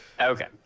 Okay